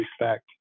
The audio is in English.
respect